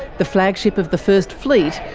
the flagship of the first fleet,